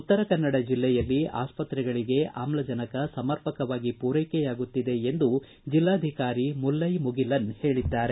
ಉತ್ತರಕನ್ನಡ ಜಿಲ್ಲೆಯಲ್ಲಿ ಆಸ್ಪತ್ತೆಗಳಿಗೆ ಆಮ್ಲಜನಕ ಸಮರ್ಪಕವಾಗಿ ಪೂರೈಕೆಯಾಗುತ್ತಿದೆ ಎಂದು ಜಿಲ್ಲಾಧಿಕಾರಿ ಮುಲ್ಲೈ ಮುಗಿಲನ್ ಹೇಳಿದ್ದಾರೆ